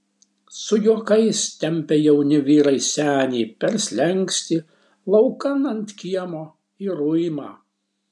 su juokais tempia jauni vyrai senį per slenkstį laukan ant kiemo į ruimą